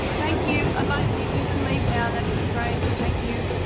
and thank you. ah like you you can leave now, that's great, thank you.